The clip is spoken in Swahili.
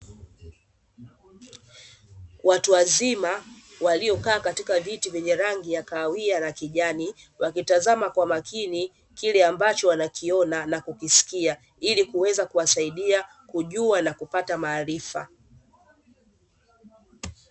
Watu wazima waliokaa katika viti vyenye rangi ya kawia la kijani, wakitazama kwa makini kile ambacho wanakiona na kukisikia ili kuweza kuwasaidia kujua na kupata maarifa.